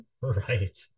Right